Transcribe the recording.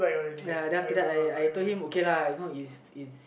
ya then after that I I told him okay lah you know is is